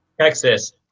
Texas